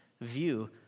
view